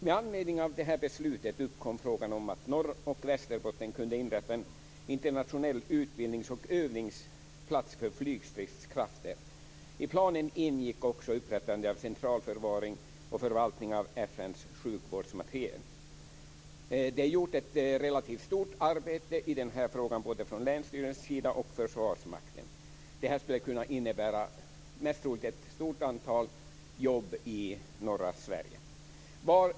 Med anledning av det här beslutet uppkom frågan om att Norr och Västerbotten kunde inrätta en internationell utbildnings och övningsplats för flygstridskrafter. I planen ingick också upprättandet av central förvaring och förvaltning av FN:s sjukvårdsmateriel. Man gjorde ett relativt stort arbete i den här frågan både från länsstyrelsens sida och från Försvarsmakten. Det här skulle kunna innebära, vilket är mest troligt, ett stort antal jobb i norra Sverige.